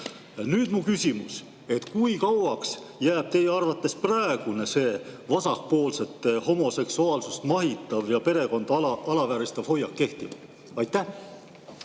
Nüüd mu küsimus: kui kauaks jääb teie arvates praegune vasakpoolsete homoseksuaalsust mahitav ja perekonda alavääristav hoiak kehtima? Suur